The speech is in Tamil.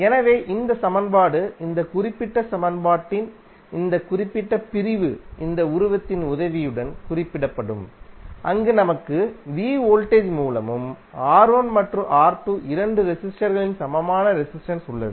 எனவே இந்த சமன்பாடு இந்த குறிப்பிட்ட சமன்பாட்டின் இந்த குறிப்பிட்ட பிரிவு இந்த உருவத்தின் உதவியுடன் குறிப்பிடப்படும் அங்கு நமக்கு v வோல்டேஜ் மூலமும் R1மற்றும் R2இரண்டின் ரெசிஸ்டர் களின் சமமான ரெசிஸ்டென்ஸ் உள்ளது